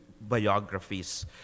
biographies